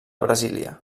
brasília